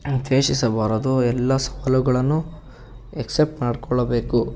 ದ್ವೇಷಿಸಬಾರದು ಎಲ್ಲ ಸವಾಲುಗಳನ್ನೂ ಎಕ್ಸೆಪ್ಟ್ ಮಾಡಿಕೊಳ್ಳಬೇಕು